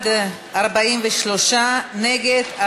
נגד,